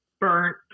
burnt